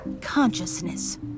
consciousness